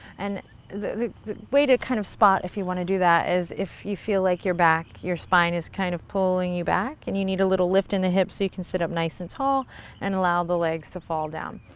and the way to kind of spot if you want to do that is if you feel like your back, your spine is kind of pulling you back. back. and you need a little lift in the hips so you can sit up nice and tall and allow the legs to fall down.